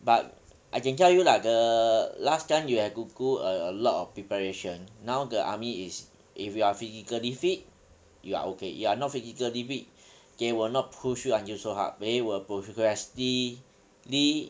but I can tell you lah the last time you have to do a lot of preparation now the army is if you are physically fit you are okay you are not physically fit they will not push you until so hard they will progressively